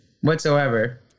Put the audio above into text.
whatsoever